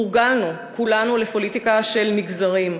הורגלנו כולנו לפוליטיקה של מגזרים,